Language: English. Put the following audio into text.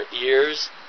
ears